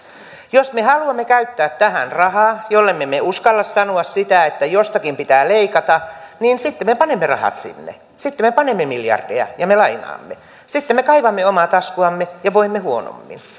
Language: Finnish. jos me haluamme käyttää tähän rahaa jollemme me uskalla sanoa sitä että jostakin pitää leikata niin sitten me panemme rahat sinne sitten me panemme miljardeja ja me lainaamme sitten me kaivamme omaa taskuamme ja voimme huonommin